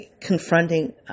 confronting